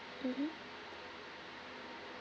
mmhmm